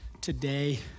today